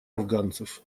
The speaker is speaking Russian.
афганцев